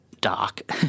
dark